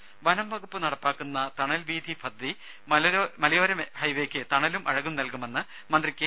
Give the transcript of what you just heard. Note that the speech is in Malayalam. ദേശ വനം വകുപ്പ് നടപ്പാക്കുന്ന തണൽ വീഥി പദ്ധതി മലയോര ഹൈവേയ്ക്ക് തണലും അഴകും നൽകുമെന്ന് മന്ത്രി കെ